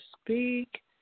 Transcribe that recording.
speak